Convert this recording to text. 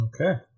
Okay